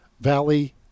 Valley